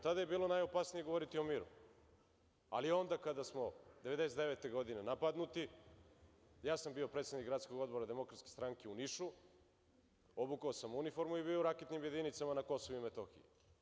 Tada je bilo najopasnije govoriti o miru, ali onda kada smo 1999. godine napadnuti, ja sam bio predsednik Gradskog odbora DS u Nišu, obukao sam uniformu i bio na raketnim jedinicama na Kosovu i Metohiji.